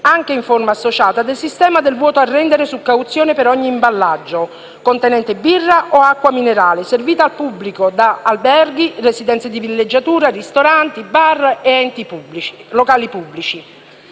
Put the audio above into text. anche in forma associata, del sistema del vuoto a rendere su cauzione per ogni imballaggio contenente birra o acqua minerale, servito al pubblico da alberghi e residenze di villeggiatura, ristoranti, bar e altri locali pubblici.